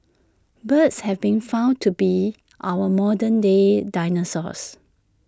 birds have been found to be our modern day dinosaurs